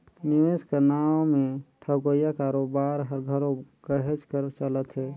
निवेस कर नांव में ठगोइया कारोबार हर घलो कहेच कर चलत हे